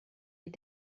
est